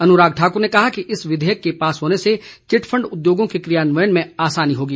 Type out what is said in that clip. अनुराग ठाकुर ने कहा कि इस विधेयक के पास होने से चिटफंड उद्योगों के क्रियान्वयन में आसानी होगी